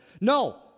No